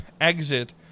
exit